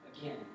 again